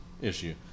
issue